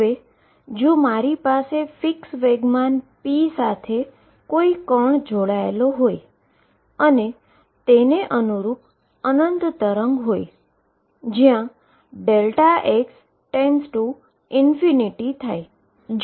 હવે જો મારી પાસે ફિક્સ મોમેન્ટમ p સાથે કોઈ પાર્ટીકલ જોડાયેલ હોય તો તેને અનુરૂપ વેવ ઈન્ફાઈનીટી વેવ હોય